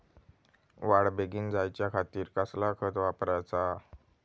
वाढ बेगीन जायच्या खातीर कसला खत वापराचा?